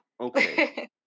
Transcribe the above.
okay